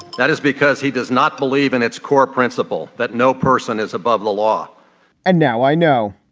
that is because he does not believe in its core principle that no person is above the law and now i know.